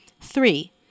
Three